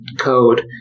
code